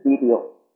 video